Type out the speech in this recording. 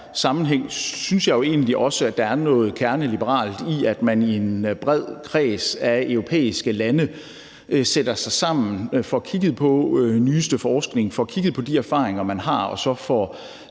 sammenhæng synes jeg jo egentlig også, at der er noget kerneliberalt i, at man i en bred kreds af europæiske lande sætter sig sammen og får kigget på den nyeste forskning, får kigget på de erfaringer, man har, og så får